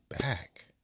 back